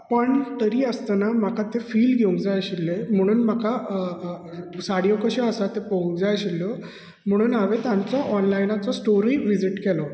पण तरी आसताना म्हाका ती फिल घेवंक जाय आशिल्ल्यो म्हणून म्हाका साड्यो कश्यो आसा त्यो पळोवंक जाय आशिल्ल्यो म्हणून हांवें तांचो ऑनलायनाचो स्टॉरूय विजीट केलो